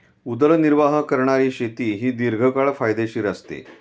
उदरनिर्वाह करणारी शेती ही दीर्घकाळ फायदेशीर असते